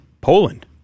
Poland